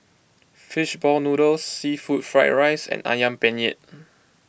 Fish Ball Noodles Seafood Fried Rice and Ayam Penyet